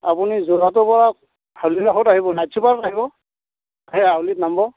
আপুনি যোৰহাটৰ পৰা হাউলি ৰাসত আহিব নাইট ছুপাৰত আহিব হাউলিত নামিব